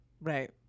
Right